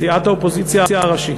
סיעת האופוזיציה הראשית.